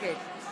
בעד, 63, נגד,